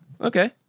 Okay